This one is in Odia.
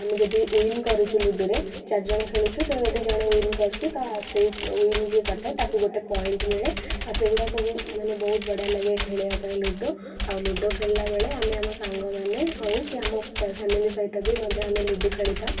ଆମେ ଯଦି ୱିନ୍ କରୁଛୁ ଲୁଡ଼ୁରେ ଚାରିଜଣ ଖେଳୁଛୁ ତ ଯଦି ଜଣେ ୱିନ୍ କରୁଛି ତ ସେଇ ୱିନ୍ ଯିଏ କରିଥାଏ ତାକୁ ଗୋଟେ ପଏଣ୍ଟ ମିଳେ ଆଉ ସେଗୁଡ଼ା ସବୁ ମାନେ ବହୁତ ବଢ଼ିଆ ଲାଗେ ଖେଳିବା ପାଇଁ ଲୁଡ଼ୁ ଆଉ ଲୁଡ଼ୁ ଖେଳିଲାବେଳେ ଆମେ ଆମ ସାଙ୍ଗମାନେ ହଉ କି ଆମ ଫ୍ୟାମିଲି ସହିତ ବି ମଧ୍ୟ ଆମେ ଲୁଡ଼ୁ ଖେଳିଥାଉ